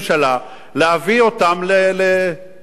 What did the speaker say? להביא אותם לדין הציבור.